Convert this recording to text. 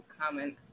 comment